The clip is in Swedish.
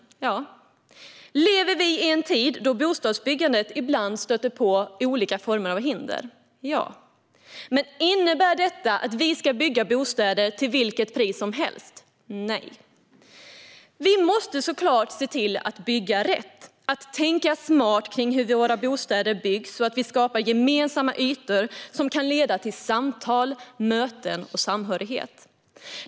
Ja. Lever vi i en tid då bostadsbyggandet ibland stöter på olika former av hinder? Ja. Men innebär detta att vi ska bygga bostäder till vilket pris som helst? Nej. Vi måste såklart se till att bygga rätt, tänka smart kring hur våra bostäder byggs och skapa gemensamma ytor som kan leda till samtal, möten och samhörighet.